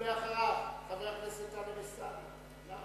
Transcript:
ואחריו, חבר הכנסת טלב אלסאנע.